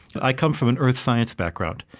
i come from an earth science background.